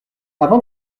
avant